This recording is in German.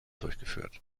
durchgeführt